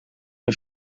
een